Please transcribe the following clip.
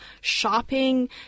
shopping